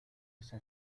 esa